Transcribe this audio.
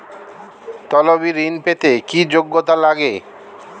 তলবি ঋন পেতে কি যোগ্যতা লাগে?